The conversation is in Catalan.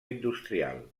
industrial